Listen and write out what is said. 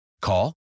Call